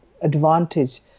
advantage